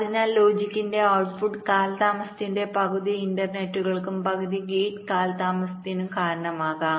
അതിനാൽ ലോജിക്കിന്റെ ഔട്ട്പുട്ട് കാലതാമസത്തിന്റെ പകുതി ഇൻറർനെറ്റുകൾക്കും പകുതി ഗേറ്റ് കാലതാമസത്തിനും കാരണമാകും